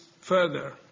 further